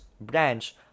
branch